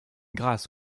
grâce